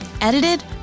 edited